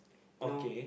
know